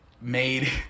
made